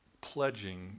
pledging